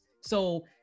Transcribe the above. So-